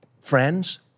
friends